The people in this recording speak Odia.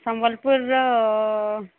ସମ୍ବଲପୁରର